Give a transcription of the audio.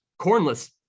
cornless